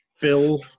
Bill